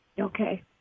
Okay